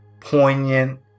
poignant